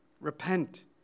Repent